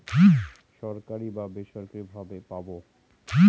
সরকারি বা বেসরকারি ভাবে পাবো